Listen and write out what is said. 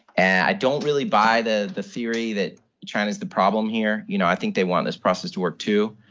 and i don't really buy the the theory that china is the problem here. you know, i think they want this process to work, too.